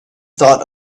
thought